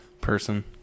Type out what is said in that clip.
person